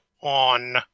on